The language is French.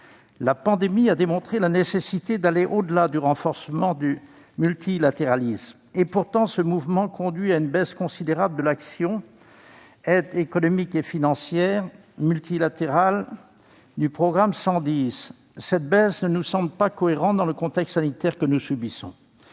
La pandémie a démontré la nécessité d'aller au-delà du renforcement du multilatéralisme. Pourtant, ce mouvement conduit à une baisse considérable de l'action Aide économique et financière multilatérale du programme 110. Cette diminution ne nous semble pas cohérente dans le contexte sanitaire que nous subissons.